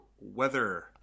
weather